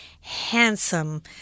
handsome